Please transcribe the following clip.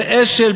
זה אשל,